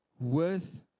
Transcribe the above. worth